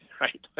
right